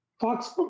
Fox